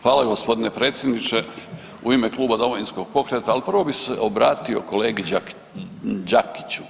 Hvala g. predsjedniče, u ime Kluba Domovinskog pokreta, ali prvo bih se obratio kolegi Đakiću.